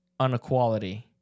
unequality